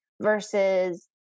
versus